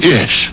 Yes